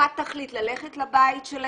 אחת תחליט ללכת לבית של הילד,